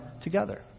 together